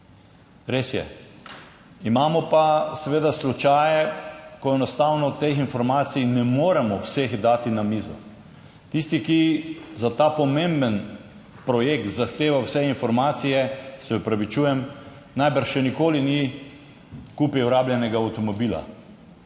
res je, imamo pa seveda slučaj, ko enostavno teh informacij ne moremo vseh dati na mizo. Tisti, ki za ta pomemben projekt zahteva vse informacije, se opravičujem, najbrž še nikoli ni kupil rabljenega avtomobila,